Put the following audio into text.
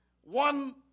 one